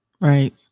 Right